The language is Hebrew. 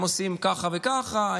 הם עושים ככה וככה,